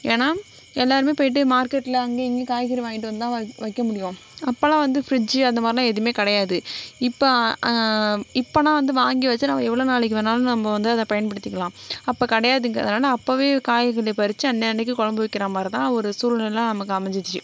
ஏன்னா எல்லோருமே போய்ட்டு மார்க்கெட்டில் அங்கேயும் இங்கேயும் காய்கறி வாய்ன்ட்டு வந்தாதான் வைக்க முடியும் அப்போல்லா வந்து ஃப்ரிட்ஜு அந்த மாதிரிலாம் எதுவுமே கிடையாது இப்போ இப்போன்னா வந்து வாங்கி வெச்சு நம்ம எவ்வளோ நாளைக்கு வேணாலும் நம்ம வந்து அதை பயன்படுத்திக்கலாம் அப்போ கிடையாதுங்கிறனால அப்பவே காய்களை பறித்து அன்னன்னைக்கு குழம்பு வைக்கிற மாதிரி தான் ஒரு சூழ்நிலை நமக்கு அமைஞ்சிச்சி